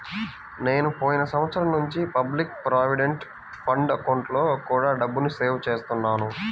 నేను పోయిన సంవత్సరం నుంచి పబ్లిక్ ప్రావిడెంట్ ఫండ్ అకౌంట్లో కూడా డబ్బుని సేవ్ చేస్తున్నాను